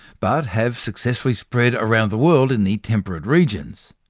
but have successfully spread around the world in the temperate regions.